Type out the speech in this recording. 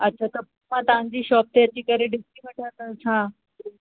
अच्छा त मां तव्हांजी शोप ते अची करे ॾिसी वठंदसि छा